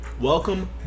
Welcome